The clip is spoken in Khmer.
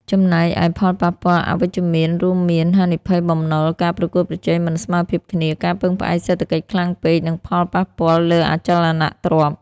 ចំណែកឯផលប៉ះពាល់អវិជ្ជមានវិញរួមមាន ហានិភ័យបំណុល ការប្រកួតប្រជែងមិនស្មើភាពគ្នា ការពឹងផ្អែកសេដ្ឋកិច្ចខ្លាំងពេក និងផលប៉ះពាល់លើអចលនទ្រព្យ។